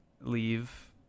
leave